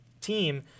team